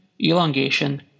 elongation